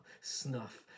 snuff